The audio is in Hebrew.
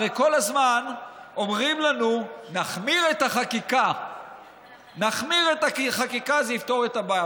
הרי כל הזמן אומרים לנו: נחמיר את החקיקה וזה יפתור את הבעיה.